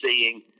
seeing